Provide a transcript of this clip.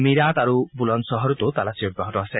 মীৰাট আৰু বুলনচহৰতো তালাচী অব্যাহত আছে